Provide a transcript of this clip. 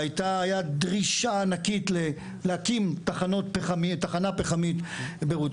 והייתה דרישה ענקית להקים תחנה פחמית ברוטנברג.